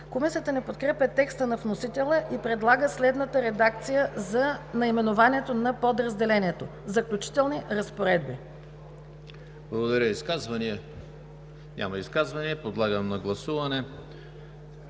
Комисията не подкрепя текста на вносителя и предлага следната редакция за наименованието на подразделението: „Заключителни разпоредби“. ПРЕДСЕДАТЕЛ ЕМИЛ ХРИСТОВ: Изказвания? Няма изказвания. Подлагам на гласуване